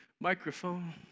microphone